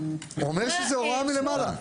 הוא אומר שזאת הוראה מלמעלה.